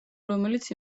რომელიც